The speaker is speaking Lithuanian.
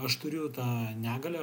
aš turiu tą negalią